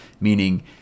Meaning